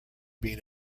been